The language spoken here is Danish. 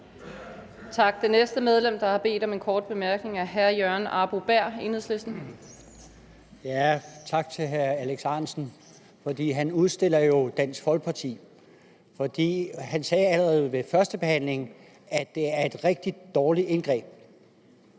Tak. Det næste medlem, der har bedt om en kort bemærkning, er hr. Jørgen Arbo-Bæhr fra Enhedslisten. Kl. 14:14 Jørgen Arbo-Bæhr (EL): Tak til hr. Alex Ahrendtsen, for han udstiller jo Dansk Folkeparti. Han sagde allerede ved førstebehandlingen, at det var et rigtig dårligt indgreb,